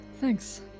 thanks